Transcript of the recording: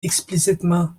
explicitement